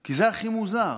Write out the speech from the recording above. כי זה הכי מוזר.